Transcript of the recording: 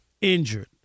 injured